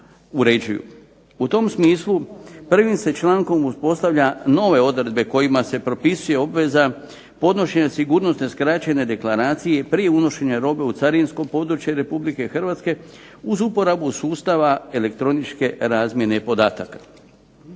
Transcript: U tom smislu prvim se člankom uspostavlja nove odredbe kojima se propisuje obveza podnošenja sigurnosne skraćene deklaracije prije unošenja robe u carinsko područje Republike Hrvatske, uz uporabu sustavu elektroničke razmjene podataka.